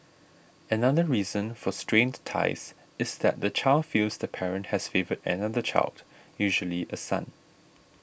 another reason for strained ties is that the child feels the parent has favoured another child usually a son